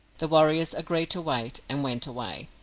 the warriors agreed to wait, and went away.